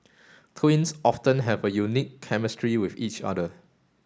twins often have a unique chemistry with each other